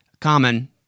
common